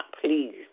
Please